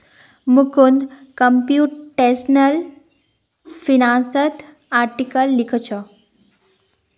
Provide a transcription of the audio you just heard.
Mukund computational फिनांसत article लिखछोक